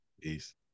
Peace